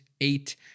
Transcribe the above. eight